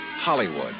Hollywood